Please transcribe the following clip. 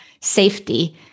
safety